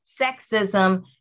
sexism